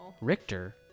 Richter